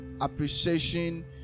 appreciation